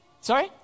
Sorry